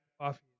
coffee